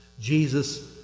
Jesus